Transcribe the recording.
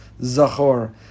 Zachor